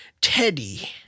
Teddy